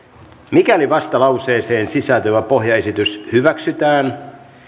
mikäli vastalauseeseen sisältyvä pohjaesitys hyväksytään